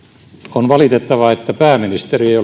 on valitettavaa että pääministeri